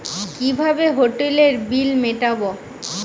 কিভাবে হোটেলের বিল মিটাব?